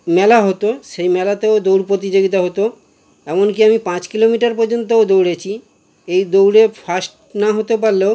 মেলা হতো সেই মেলাতেও দৌড় প্রতিযোগিতা হতো এমনকি আমি পাঁচ কিলোমিটার পর্যন্তও দৌড়েছি এই দৌড়ে ফার্স্ট না হতে পারলেও